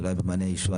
ואולי במעייני הישועה,